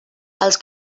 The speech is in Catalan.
els